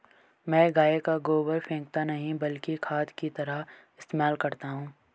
मैं गाय का गोबर फेकता नही बल्कि खाद की तरह इस्तेमाल करता हूं